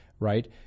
Right